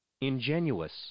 Ingenuous